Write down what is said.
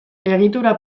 egitura